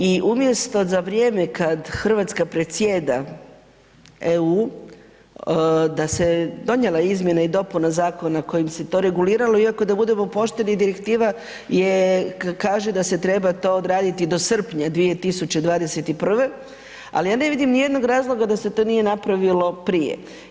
I umjesto za vrijeme kad Hrvatska predsjeda EU da se donijela izmjena i dopuna zakona kojim se to reguliralo iako da budemo pošteni direktiva je kaže da se treba to odraditi do srpnja 2021., ali ja ne vidim niti jednog razloga da se to nije napravilo prije.